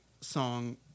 song